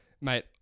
Mate